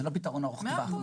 הוא לא פתרון ארוך טווח.